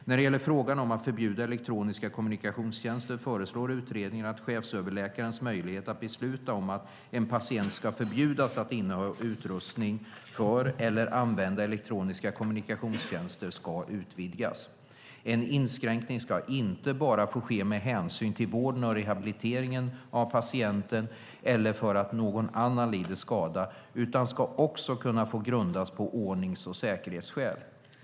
När det gäller frågan om att förbjuda elektroniska kommunikationstjänster föreslår utredningen att chefsöverläkarens möjlighet att besluta om att en patient ska förbjudas att inneha utrustning för eller att använda elektroniska kommunikationstjänster ska utvidgas. En inskränkning ska inte bara få ske med hänsyn till vården och rehabiliteringen av patienten eller för att någon annan lider skada, utan ska också kunna grundas på ordnings och säkerhetsskäl.